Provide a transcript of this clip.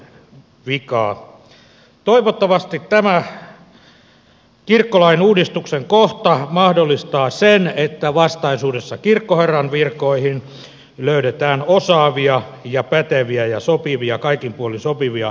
toivottavasti tämä kirkkolain uudistuksen kohta mahdollistaa sen että vastaisuudessa kirkkoherran virkoihin löydetään osaavia ja päteviä ja sopivia kaikin puolin sopivia henkilöitä